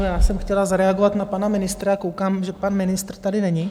Já jsem chtěla zareagovat na pana ministra a koukám, že pan ministr tady není.